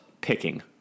picking